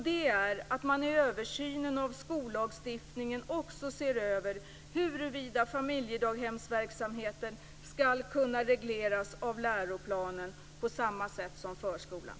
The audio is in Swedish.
Det är att man i översynen av skollagstiftningen också ser över huruvida familjedaghemsverksamheten skall kunna regleras av läroplanen på samma sätt som förskolan.